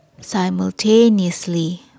Simultaneously